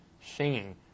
Singing